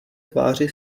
tváři